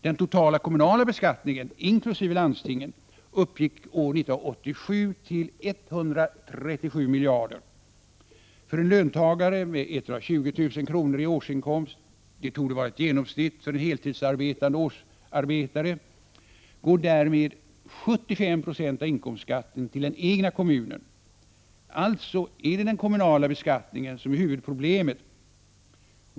Den totala kommunala beskattningen, inkl. landstingsskatten, uppgick år 1987 till 137 miljarder. För en löntagare med 120 000 kr. i årsinkomst — det torde vara ett genomsnitt för en heltidsarbetande årsarbetare — går därmed 75 Jo av inkomstskatten till den egna kommunen. Alltså är det den kommunala beskattningen som är huvudproblemet.